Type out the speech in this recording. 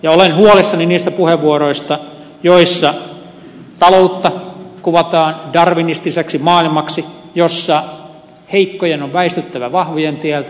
olen huolissani niistä puheenvuoroista joissa taloutta kuvataan darwinistiseksi maailmaksi jossa heikkojen on väistyttävä vahvojen tieltä